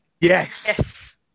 Yes